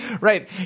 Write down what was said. right